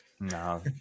No